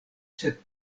sed